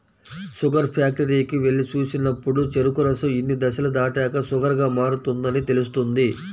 sugar ఫ్యాక్టరీకి వెళ్లి చూసినప్పుడు చెరుకు రసం ఇన్ని దశలు దాటాక షుగర్ గా మారుతుందని తెలుస్తుంది